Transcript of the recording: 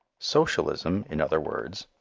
socialism, in other words,